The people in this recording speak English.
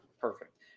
Perfect